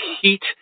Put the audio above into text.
heat